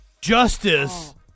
justice